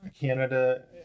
Canada